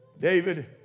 David